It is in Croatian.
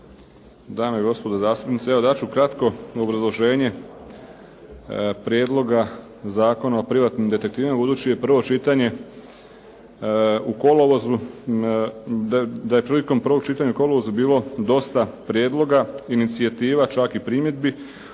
dame i gospodo zastupnici. Evo dat ću kratko obrazloženje Prijedloga Zakona o privatnim detektivima. Budući je prvo čitanje u kolovozu, da je prilikom prvog čitanja u kolovozu bilo dosta prijedloga, inicijativa, čak i primjedbi,